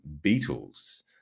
Beatles